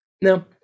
Now